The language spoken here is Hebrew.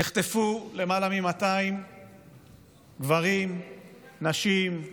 נחטפו למעלה מ-200 גברים, נשים,